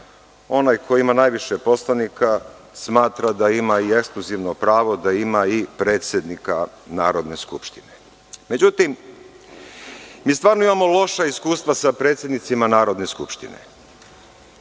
onaj ko ima najviše poslanika smatra da ima i ekskluzivno pravo da ima i predsednika Narodne skupštine. Međutim, mi stvarno imamo loša iskustva sa predsednicima Narodne skupštine.